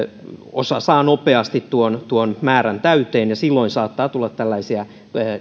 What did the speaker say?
osa saa nopeasti tuon tuon määrän täyteen ja silloin saattaa tulla tällaisia